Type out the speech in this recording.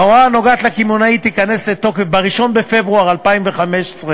ההוראה הנוגעת בקמעונאי תיכנס לתוקף ב-1 בפברואר 2015,